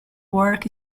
work